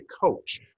coach